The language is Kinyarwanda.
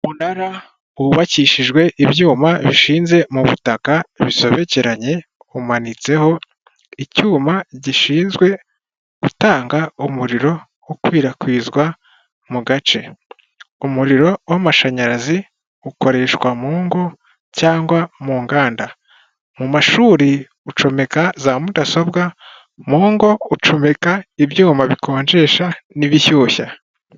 Umunara wubakishijwe ibyuma bishinze mu butaka bisobekeranye, umanitseho icyuma gishinzwe gutanga umuriro ukwirakwizwa mu gace. Umuriro w'amashanyarazi ukoreshwa mu ngo cyangwa mu nganda, mu mashuri ucomeka za mudasobwa, mu ngo ucomeka ibyuma bikonjesha n'ibishyushya.